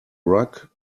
rug